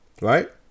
Right